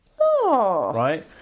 Right